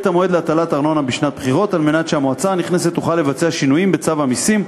על מנת שהמועצה הנכנסת תוכל לבצע שינויים בצו המסים,